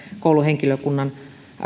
kouluhenkilökunnan